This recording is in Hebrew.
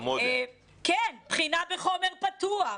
בחינה בחומר פתוח,